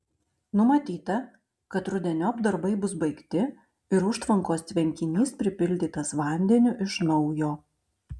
numatyta kad rudeniop darbai bus baigti ir užtvankos tvenkinys pripildytas vandeniu iš naujo